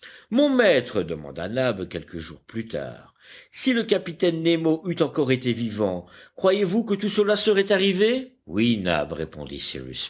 mon maître demanda nab quelques jours plus tard si le capitaine nemo eût encore été vivant croyez-vous que tout cela serait arrivé oui nab répondit